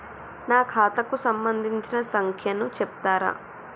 నా ఖాతా కు సంబంధించిన సంఖ్య ను చెప్తరా?